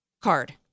card